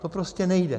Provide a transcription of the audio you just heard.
To prostě nejde.